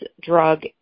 drug